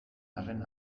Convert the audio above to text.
arren